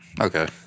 Okay